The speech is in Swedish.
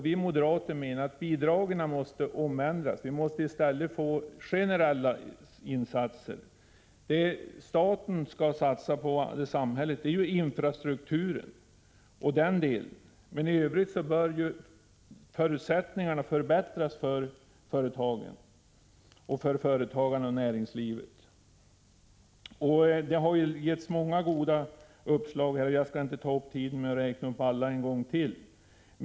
Vi moderater menar att bidragen måste ändras. Vi måste i stället få generella insatser. Det staten eller samhället skall satsa på är infrastrukturen, men i övrigt bör förutsättningarna förbättras för företagarna och näringslivet. Det har givits många goda uppslag här i dag — jag skall inte ta upp tiden med att räkna upp alla en gång till.